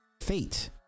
fate